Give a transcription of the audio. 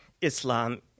Islam